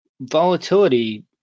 volatility